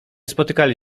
spotykali